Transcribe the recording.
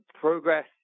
progress